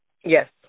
Yes